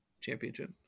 championship